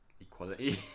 Equality